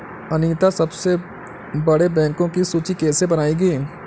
अनीता सबसे बड़े बैंकों की सूची कैसे बनायेगी?